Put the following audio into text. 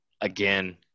again